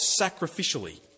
sacrificially